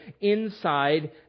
inside